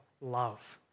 love